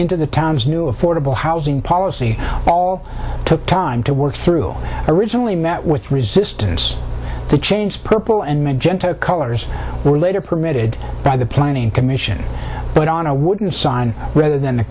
into the town's new affordable housing policy took time to work through originally met with resistance to change purple and magenta colors were later permitted by the planning commission but on a